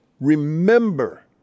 Remember